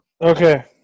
Okay